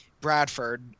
Bradford